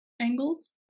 angles